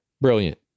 brilliant